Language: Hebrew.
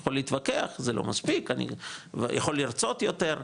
יכול להתווכח, זה לא מספיק, יכול לרצות יותר,